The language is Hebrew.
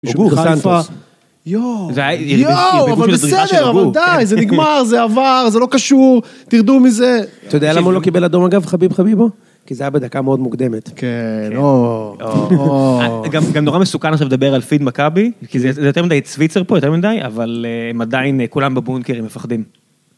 הוגו קסנטוס. יואו, יואו, אבל בסדר, אבל עדיין, זה נגמר, זה עבר, זה לא קשור, תרדו מזה. אתה יודע למה הוא לא קיבל אדום אגב, חביב חביבו? כי זו הייתה בדקה מאוד מוקדמת. כן, או. גם נורא מסוכן עכשיו לדבר על פיד מכבי, כי זה יותר מדי צוויצר פה, יותר מדי, אבל הם עדיין כולם בבונקרים מפחדים.